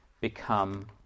become